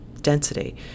density